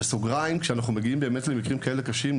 (כשאנחנו באמת מגיעים למקרים כאלה קשים,